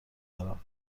دارم